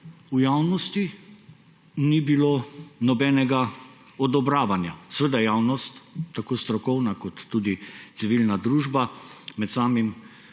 V javnosti ni bilo nobenega odobravanja. Seveda, javnost, tako strokovna kot tudi civilna družba, med samim